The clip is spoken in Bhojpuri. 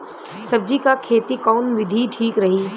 सब्जी क खेती कऊन विधि ठीक रही?